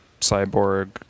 cyborg